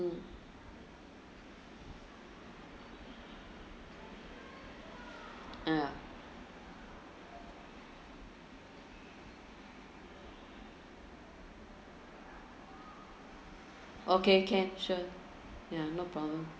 ya okay can sure mm no problem